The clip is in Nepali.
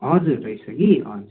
हजुर रहेछ कि हजुर